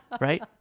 right